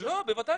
לא, בוודאי שלא,